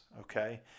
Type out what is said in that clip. Okay